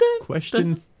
Question